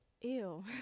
Ew